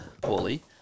poorly